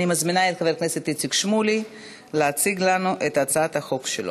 אני מזמינה את חבר הכנסת איציק שמולי להציג לנו את הצעת החוק שלו.